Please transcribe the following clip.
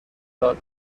داد